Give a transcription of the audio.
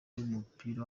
w’umupira